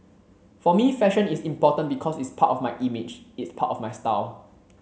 for me fashion is important because it's part of my image it's part of my style